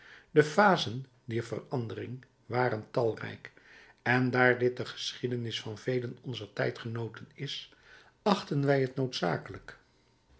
de phasen dier verandering waren talrijk en daar dit de geschiedenis van velen onzer tijdgenooten is achten wij het noodzakelijk